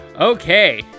Okay